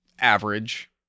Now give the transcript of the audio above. average